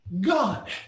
God